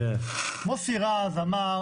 חבר הכנסת מוסי רז שאל,